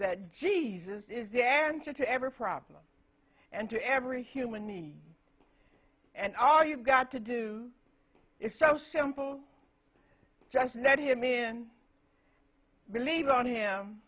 that jesus is the answer to every problem and to every human need and all you've got to do is so simple just let him in believe on him